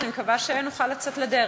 אני מקווה שנוכל לצאת לדרך.